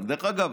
דרך אגב,